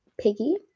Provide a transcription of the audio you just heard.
Piggy